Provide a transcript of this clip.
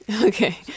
Okay